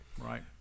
Right